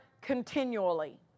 continually